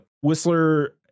Whistler